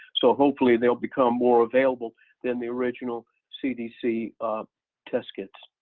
so hopefully they'll become more available than the original cdc test kits.